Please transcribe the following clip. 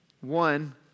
One